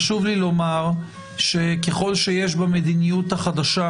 חשוב לי לומר שככל שיש במדיניות החדשה